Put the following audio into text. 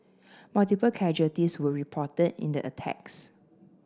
multiple casualties were reported in the attacks